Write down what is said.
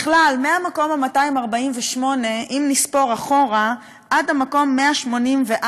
בכלל, מהמקום 248, אם נספור אחורה, עד המקום 184,